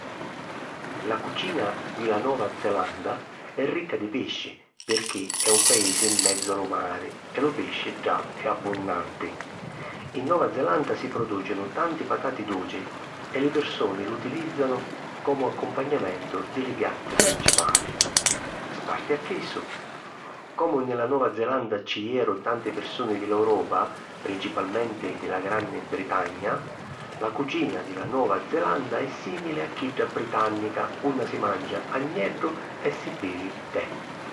La cucina di la Nova Zelanda è ricca di pisci pirchì è un paisi 'n menzu a lu mari e lu pisci ddà è abbunnanti. In Nova Zelanda si prodùcinu tanti patati duci e li pirsuni l'utilìzzanu comu accumpagnamentu di li piatti principali. Sparti a chissu, comu nni la Nova Zelanda ci jeru tanti pirsuni di l’Europa, principalmenti di la Granni Britagna, la cucina di la Nova Zelanda è simili a chidda britànnica unni si mancia agneddu e si bivi tè.